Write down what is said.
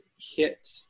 hit